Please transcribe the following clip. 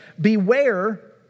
Beware